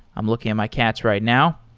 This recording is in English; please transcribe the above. i'm looking at my cats right now.